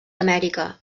amèrica